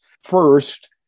First